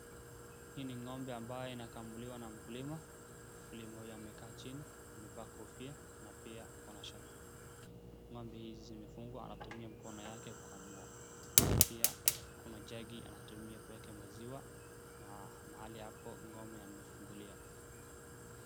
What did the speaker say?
Hii ni ngombe ambayo inakamuliwa ana mkulima , mkulima huyu amekaa chini amevaa kofia na pia akona shati ,ngombe hizi imefungwa na pia anatumia mikono yake kukamua, pia kwa majagi anatumia kuweka maziwa na mahali hapo ngombe amefungulia.